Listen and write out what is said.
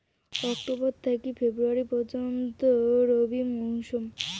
October থাকি February পর্যন্ত রবি মৌসুম